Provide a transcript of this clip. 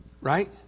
Right